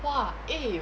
!wah! eh